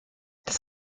das